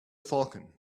falcon